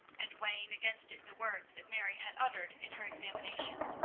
and weighing against it the words that mary had uttered in her examination.